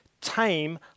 tame